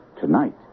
Tonight